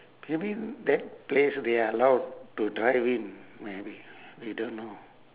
maybe that place they're allowed to drive in maybe we don't know